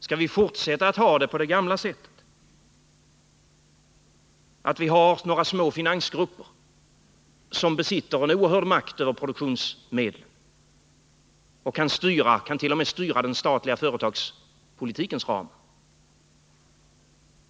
Skall vi fortsätta på det gamla viset, dvs. med några små finansgrupper som besitter en oerhörd makt över produktionsmedlen och som t.o.m. kan påverka den statliga företagspolitikens ram?